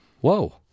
Whoa